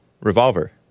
Revolver